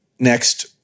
Next